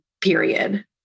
period